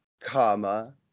comma